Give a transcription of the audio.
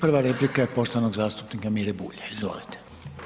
Prva replika je poštovanog zastupnika Mire Bulja, izvolite.